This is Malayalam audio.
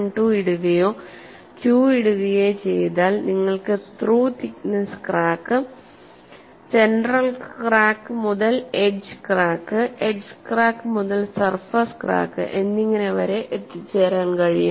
12 ഇടുകയോ Q ഇടുകയോ ചെയ്താൽ നിങ്ങൾക്ക് through thickness crack central crack മുതൽ എഡ്ജ് ക്രാക്ക് എഡ്ജ് ക്രാക്ക് മുതൽ സർഫസ് ക്രാക്ക് എന്നിങ്ങനെ വരെ എത്തിച്ചേരാൻ കഴിയും